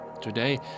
Today